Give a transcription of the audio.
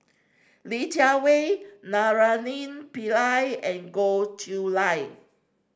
Li Jiawei Naraina Pillai and Goh Chiew Lye